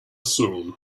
soon